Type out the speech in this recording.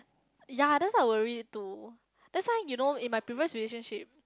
ya that's why I worried to that's why you know in my previous relationship